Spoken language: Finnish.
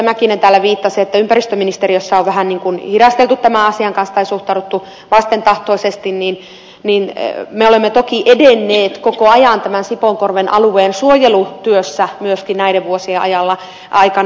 mäkinen viittasi että ympäristöministeriössä on vähän hidasteltu tämän asian kanssa tai suhtauduttu vastentahtoisesti että me olemme toki edenneet koko ajan tämän sipoonkorven alueen suojelutyössä myöskin näiden vuosien aikana